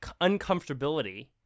uncomfortability